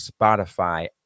Spotify